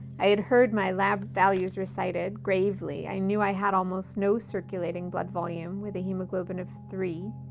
i had heard my lab values recited, gravely. i knew i had almost no circulating blood volume with a haemoglobin of three.